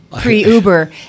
pre-Uber